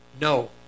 No